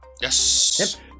Yes